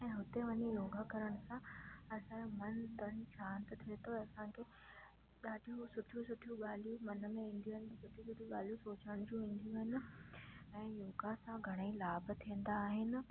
ऐं हुते वञी योगा करण सां असांजो मन तन शांति थिए थो ऐं असांखे ॾाढियूं सुठियूं सुठियूं ॻाल्हियूं मन में ईंदियूं आहिनि सुठियूं सुठियूं ॻाल्हियूं सोचणु जूं ईंदियूं आहिनि ऐं योगा सां घणे ई लाभ थींदा आहिनि